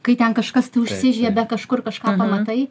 kai ten kažkas tai užsižiebia kažkur kažką pamatai